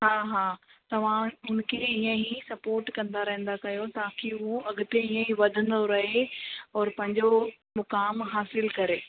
हा हा तव्हां उनखे ईअं ई सपोर्ट कंदा रहंदा कयो ताकी उहो अॻिते इएं ई वधंदो रहे और पंहिंजो मुकाम हासिलु करे